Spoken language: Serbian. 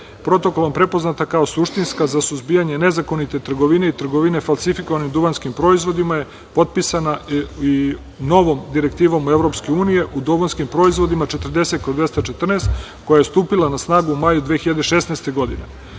Protokolom prepoznata kao suštinska za suzbijanje nezakonite trgovine i trgovine falsifikovanim duvanskim proizvodima, potpisana i novom Direktivom EU o duvanskim proizvodima 40/214, koja je stupila na snagu u maju 2016.